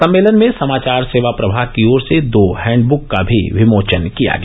सम्मेलन में समाचार सेवा प्रभाग की ओर से दो हैंडबुक का भी विमोचन किया गया